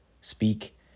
speak